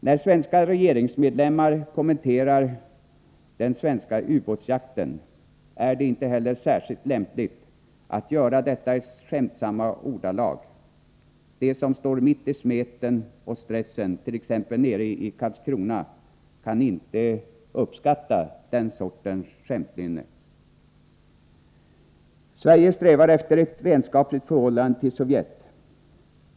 När svenska regeringsmedlemmar kommenterar ubåtsjakten i Karlskrona är det inte heller särskilt lämpligt att göra det i skämtsamma ordalag. De som står mitt i smeten och stressen nere i Karlskrona kan inte uppskatta den sortens skämtlynne. Sverige strävar efter ett vänskapligt förhållande till Sovjet.